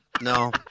No